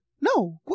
No